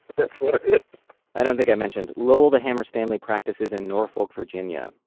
but sort of i don't think i mentioned lowell the hammer stanley practices in norfolk virginia,